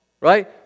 Right